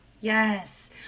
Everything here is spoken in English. yes